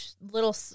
little